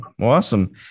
awesome